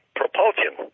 propulsion